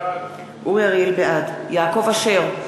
בעד יעקב אשר,